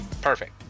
Perfect